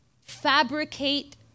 fabricate